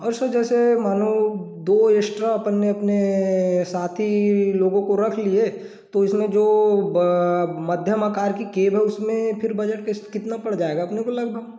और सर जैसे मानो दो एक्सट्रा अपन ने अपने साथी लोगों को रख लिए तो इसमें जो मध्यम आकर की कैब है उसमें फिर बजट कितना पड़ जाएगा अपने को लगभग